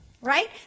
right